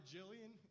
Jillian